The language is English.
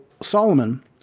Solomon